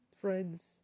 friends